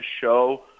show –